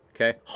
Okay